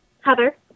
Heather